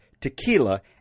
tequila